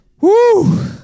Woo